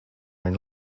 own